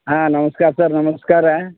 ಹಾಂ ನಮ್ಸ್ಕಾರ ಸರ್ ನಮಸ್ಕಾರ